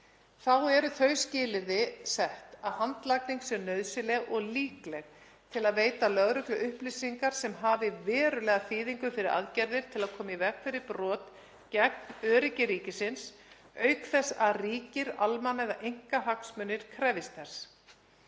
Þá eru þau skilyrði sett að haldlagning sé nauðsynleg og líkleg til að veita lögreglu upplýsingar sem hafi verulega þýðingu fyrir aðgerðir til að koma í veg fyrir brot gegn öryggi ríkisins, auk þess að ríkir almanna- eða einkahagsmunir krefjist þess.